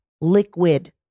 liquid